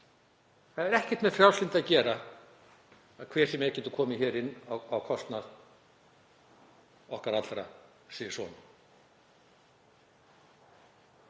Það hefur ekkert með frjálslyndi að gera að hver sem er geti komið inn á kostnað okkar allra sisvona.